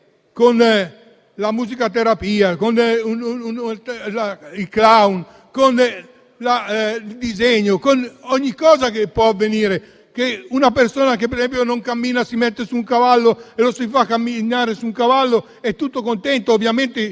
con la musicoterapia, con i *clown,* con il disegno, con ogni cosa che può venire in mente; una persona che, per esempio, non cammina, la si mette su un cavallo e la si fa camminare su un cavallo e, tutto contento ovviamente,